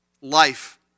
Life